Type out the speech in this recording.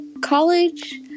college